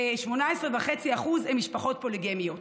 כ-18.5% משפחות הן פוליגמיות.